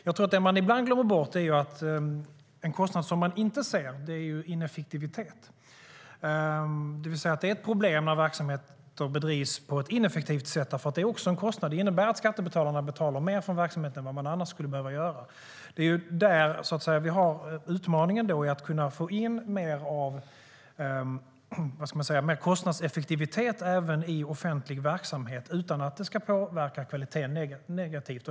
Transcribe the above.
Jag tror att man ibland glömmer bort en kostnad som man inte ser. Det är ineffektivitet. Det är ett problem när verksamheter bedrivs på ett ineffektivt sätt. Det är nämligen också en kostnad. Det innebär att skattebetalarna betalar mer för en verksamhet än vad de annars skulle behöva göra. Det är där vi har utmaningen i att kunna få in mer kostnadseffektivitet även i offentlig verksamhet utan att det ska påverka kvaliteten negativt.